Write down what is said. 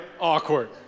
awkward